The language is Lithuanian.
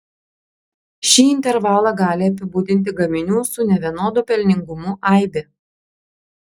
šį intervalą gali apibūdinti gaminių su nevienodu pelningumu aibė